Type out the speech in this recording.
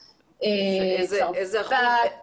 מצרפת,